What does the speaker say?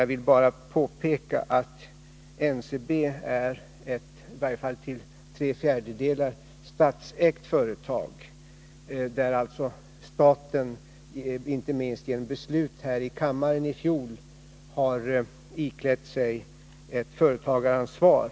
Jag vill bara påpeka att NCB är ett till tre fjärdedelar statsägt företag, där alltså staten — inte minst genom beslut här i kammaren i fjol — har iklätt sig ett företagaransvar.